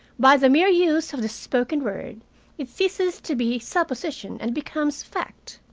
by the mere use of the spoken word it ceases to be supposition and becomes fact.